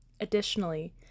Additionally